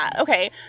okay